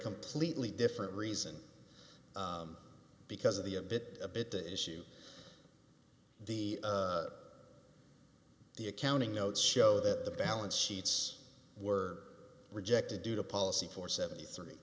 completely different reason because of the a bit a bit the issue the the accounting notes show that the balance sheets were rejected due to policy for seventy